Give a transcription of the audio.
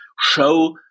show